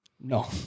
No